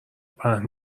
پهن